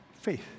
faith